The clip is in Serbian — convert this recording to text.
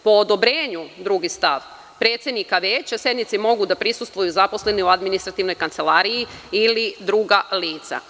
Po odobrenju, drugi stav, predsednika veća sednici mogu da prisustvuju zaposleni u Administrativnoj kancelariji ili druga lica.